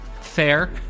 Fair